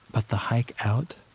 but the hike out